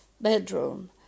bedroom